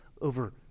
over